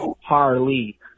Harley